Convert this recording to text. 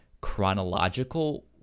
chronological